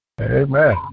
Amen